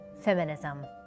feminism